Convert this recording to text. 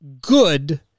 good